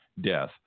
death